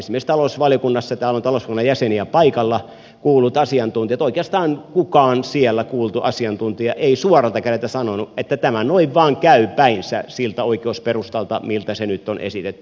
esimerkiksi talousvaliokunnassa täällä on talousvaliokunnan jäseniä paikalla kuulluista asiantuntijoista oikeastaan kukaan siellä kuultu asiantuntija ei suoralta kädeltä sanonut että tämä noin vain käy päinsä siltä oikeusperustalta miltä se nyt on esitetty